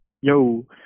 Yo